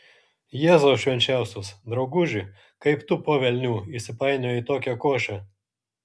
jėzau švenčiausias drauguži kaip tu po velnių įsipainiojai į tokią košę